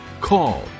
call